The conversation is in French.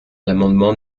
l’amendement